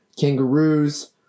kangaroos